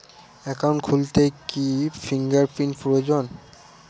Account খুলতে কি fingerprint প্রয়োজন?